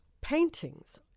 paintings